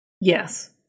Yes